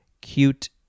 cute